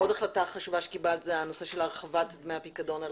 עוד החלטה שקיבלת זה הנושא של הרחבת דמי הפיקדון על